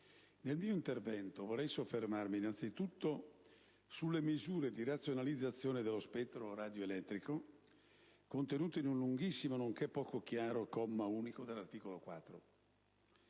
nel mio intervento vorrei soffermarmi innanzitutto sulle misure di razionalizzazione dello spettro radioelettrico contenute in un lunghissimo, nonché poco chiaro, comma unico dell'articolo 4.